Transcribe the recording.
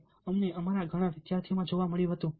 તે અમને અમારા ઘણા વિદ્યાર્થીઓમાં જોવા મળ્યું છે